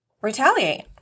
retaliate